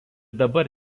dabar